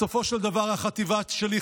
בסופו של דבר החטיבה שלי,